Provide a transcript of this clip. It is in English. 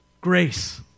grace